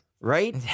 Right